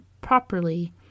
properly